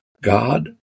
God